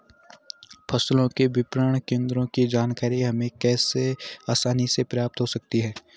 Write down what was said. फसलों के विपणन केंद्रों की जानकारी हमें कैसे आसानी से प्राप्त हो सकती?